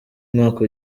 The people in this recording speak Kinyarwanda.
mwaka